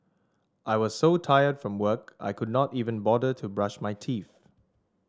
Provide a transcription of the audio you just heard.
I was so tired from work I could not even bother to brush my teeth